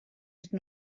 gyda